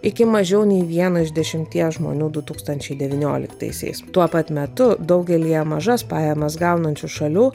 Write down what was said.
iki mažiau nei vieno iš dešimties žmonių du tūkstančiai devynioliktaisiais tuo pat metu daugelyje mažas pajamas gaunančių šalių